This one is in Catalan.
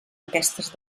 aquestes